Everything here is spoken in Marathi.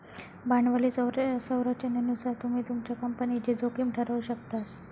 भांडवली संरचनेनुसार तुम्ही तुमच्या कंपनीची जोखीम ठरवु शकतास